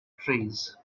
trees